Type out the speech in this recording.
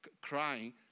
crying